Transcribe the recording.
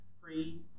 free